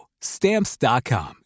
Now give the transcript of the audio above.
Stamps.com